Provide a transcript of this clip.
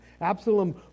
Absalom